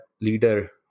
leader